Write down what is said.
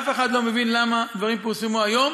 אף אחד לא מבין למה הדברים פורסמו היום